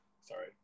Sorry